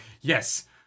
yes